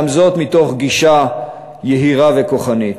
וגם זאת מתוך גישה יהירה וכוחנית.